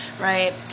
right